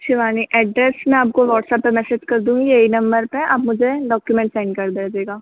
Shivani address मैं आपको WhatsApp पर मैसेज कर दूँगी यही नंबर पर आप मुझे डॉक्युमेंट सेंड कर देजिएगा